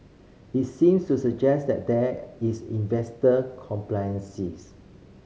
it seems to suggest that there is investor complacencies